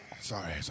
Sorry